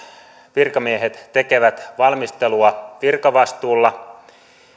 virkamiehet tekevät valmistelua virkavastuulla